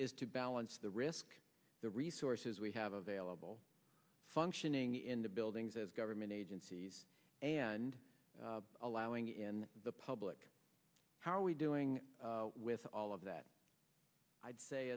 is to balance the risk the resources we have available functioning in the buildings as government agencies and allowing in the public how are we doing with all of that i'd say